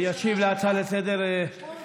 ישיב להצעה לסדר-היום